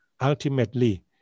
ultimately